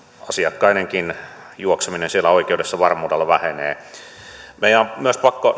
asiakkaidenkin juokseminen siellä oikeudessa varmuudella vähenee meidän on myös pakko